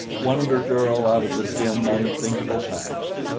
wonder-girl out of the dim, unthinkable past!